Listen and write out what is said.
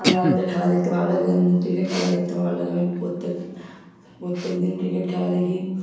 আমার ওদের খেলা দেখতে ভালো লাগে এমনি ক্রিকেট খেলা দেখতে আমার ভালো লাগে আমি প্রত্যেক প্রত্যেকদিন আমি ক্রিকেট খেলা দেখি